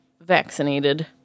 vaccinated